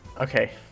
okay